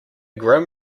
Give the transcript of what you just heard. grim